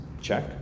check